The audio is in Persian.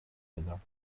بدم